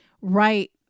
Right